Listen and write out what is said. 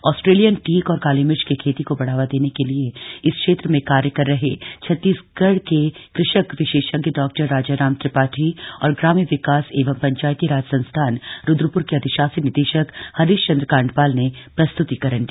Australian teak और काली मिर्च की खेती को बढ़ावा देने के लिये इस क्षेत्र में कार्य कर रहे छतीसगढ़ के कृषक विशेषज्ञ डॉ राजाराम त्रिपाठी और ग्राम्य विकास एवं पंचायतीराज संस्थान रूद्रप्र के अधिशासी निदेशक हरीश चन्द्र काण्डपाल ने प्रस्त्रतीकरण दिया